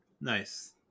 Nice